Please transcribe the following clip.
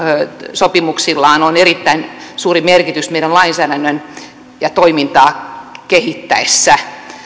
sopimuksillaan on erittäin suuri merkitys meidän lainsäädäntöä ja toimintaa kehitettäessä